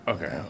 Okay